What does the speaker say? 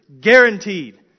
guaranteed